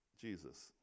Jesus